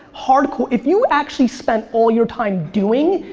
hardcore. if you actually spent all your time doing,